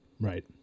right